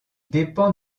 dépend